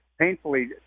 painfully